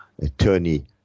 attorney